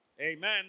Amen